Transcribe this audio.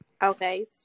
Okay